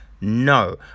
No